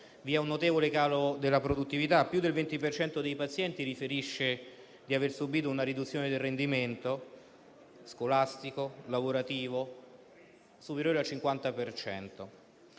Vi è un notevole calo della produttività, più del 20 per cento dei pazienti riferisce di aver subito una riduzione del rendimento scolastico o lavorativo superiore al 50